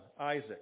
Isaac